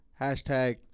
hashtag